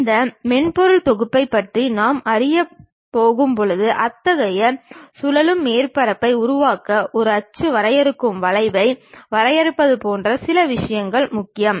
இந்த மென்பொருள் தொகுப்பைப் பற்றி நாம் அறியப் போகும்போது அத்தகைய சுழலும் மேற்பரப்புகளை உருவாக்க ஒரு அச்சு வரையறுக்கும் வளைவை வரையறுப்பது போன்ற சில விஷயங்கள் முக்கியம்